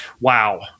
wow